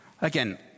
Again